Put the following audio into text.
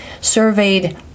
surveyed